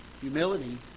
Humility